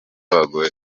abagore